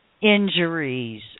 injuries